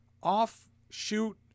offshoot